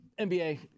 NBA